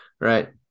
right